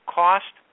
cost